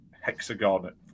hexagon